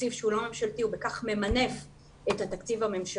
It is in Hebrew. מתקציב שהוא לא ממשלתי ובכך ממנף את התקציב הממשלתי.